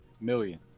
million